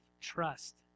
trust